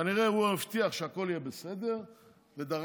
כנראה הוא הבטיח שהכול יהיה בסדר ודרש